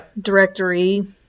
directory